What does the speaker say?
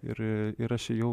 ir ir aš ėjau